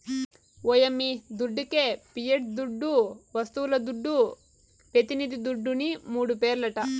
ఓ యమ్మీ దుడ్డికే పియట్ దుడ్డు, వస్తువుల దుడ్డు, పెతినిది దుడ్డుని మూడు పేర్లట